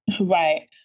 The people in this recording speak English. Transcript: Right